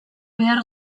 behar